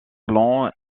blanc